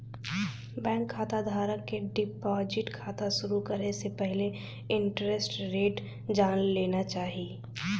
bank खाता धारक क डिपाजिट खाता शुरू करे से पहिले इंटरेस्ट रेट जान लेना चाही